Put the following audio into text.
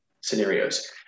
scenarios